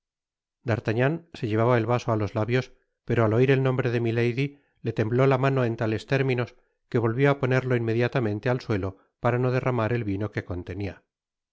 d'artagnan se llevaba el vaso á los labios pero al oir el nombre de milady le tembló la mano en tales términos que volvió á ponerlo inmediatamente al suelo para no derramar el vino que contenia